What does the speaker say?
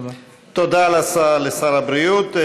תודה לשר הבריאות.